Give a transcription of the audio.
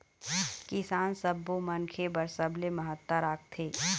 किसान सब्बो मनखे बर सबले महत्ता राखथे